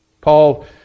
Paul